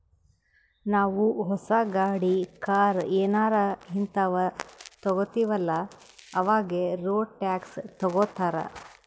ನಾವೂ ಹೊಸ ಗಾಡಿ, ಕಾರ್ ಏನಾರೇ ಹಿಂತಾವ್ ತಗೊತ್ತಿವ್ ಅಲ್ಲಾ ಅವಾಗೆ ರೋಡ್ ಟ್ಯಾಕ್ಸ್ ತಗೋತ್ತಾರ್